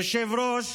היושב-ראש,